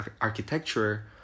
architecture